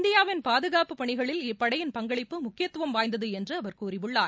இந்தியாவின் பாதுகாப்புப் பணிகளில் இப்படையின் பங்களிப்பு முக்கியத்துவம் வாய்ந்தது என்று அவர் கூறியுள்ளார்